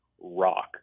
rock